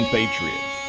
Patriots